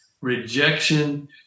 rejection